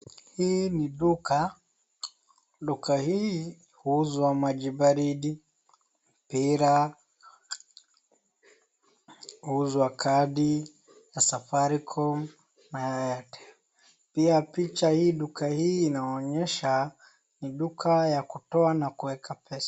Duka hii huuzwa maji baridi, pira , huuzwa kadi ya Safaricom na ya Airtel. Inaonyesha ni duka ya kutoa na kuweka pesa.